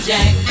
Jack